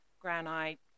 granite